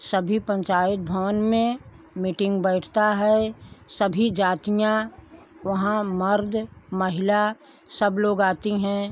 सभी पंचायत भवन में मिटिंग बैठता है सभी जातियाँ वहाँ मर्द महिला सब लोग आती हैं